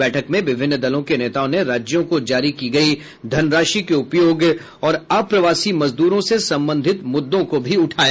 बैठक में विभिन्न दलों के नेताओं ने राज्यों को जारी की गयी धनराशि के उपयोग और अप्रवासी मजदूरों से संबंधित मुद्दों को भी उठाया